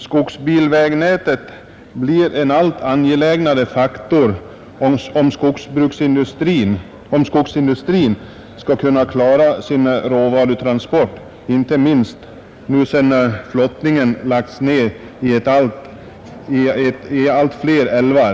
Skogsbilvägnätet blir en allt angelägnare faktor om skogsindustrin skall kunna klara sina råvarutransporter, inte minst nu sedan flottningen lagts ned i allt fler älvar.